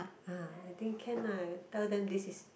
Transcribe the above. uh I think can lah tell them this is